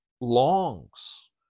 longs